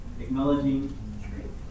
Acknowledging